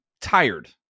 tired